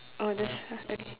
oh that's ah okay